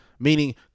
Meaning